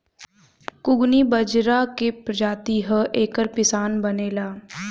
कुगनी बजरा के प्रजाति ह एकर पिसान बनेला